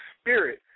spirit